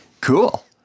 cool